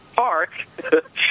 park